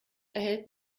erhält